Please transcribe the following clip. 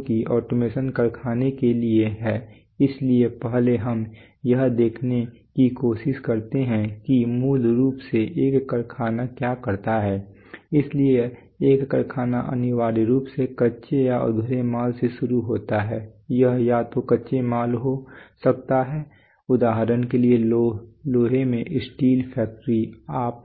क्योंकि ऑटोमेशन कारखाने के लिए है इसलिए पहले हम यह देखने की कोशिश करते हैं कि मूल रूप से एक कारखाना क्या करता है इसलिए एक कारखाना अनिवार्य रूप से कच्चे या अधूरे माल से शुरू होता है यह या तो कच्चा माल हो सकता है उदाहरण के लिए लोहे में स्टील फैक्ट्री आप